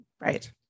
Right